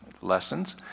lessons